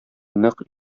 нык